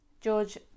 George